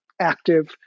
active